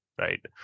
right